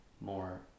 more